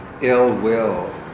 ill-will